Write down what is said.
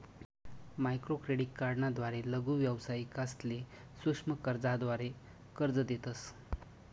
microcredit ना द्वारे लघु व्यावसायिकसले सूक्ष्म कर्जाद्वारे कर्ज देतस